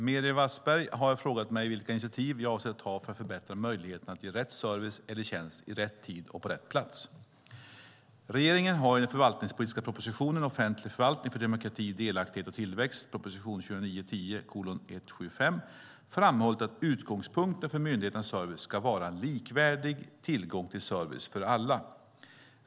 Herr talman! Meeri Wasberg har frågat mig vilka initiativ jag avser att ta för att förbättra möjligheten att ge rätt service eller tjänst i rätt tid och på rätt plats. Regeringen har i den förvaltningspolitiska propositionen Offentlig förvaltning för demokrati, delaktighet och tillväxt framhållit att utgångspunkten för myndigheternas service ska vara en likvärdig tillgång till service för alla.